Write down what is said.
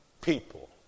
people